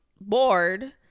bored